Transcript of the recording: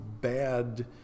bad